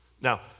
Now